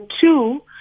two